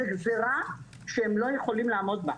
שזו גזרה שהם לא יכולים לעמוד בה.